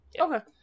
Okay